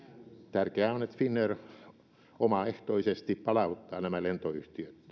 tärkeää on että finnair omaehtoisesti palauttaa nämä